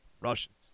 Russians